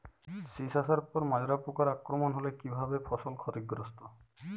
শীষ আসার পর মাজরা পোকার আক্রমণ হলে কী ভাবে ফসল ক্ষতিগ্রস্ত?